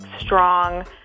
strong